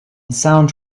sound